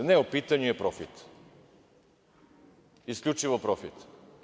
Ne, u pitanju je profit, isključivo profit.